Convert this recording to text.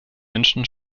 menschen